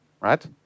right